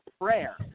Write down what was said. prayer